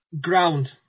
Ground